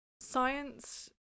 science